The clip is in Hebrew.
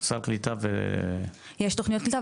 סל קליטה ו- יש תוכניות קליטה,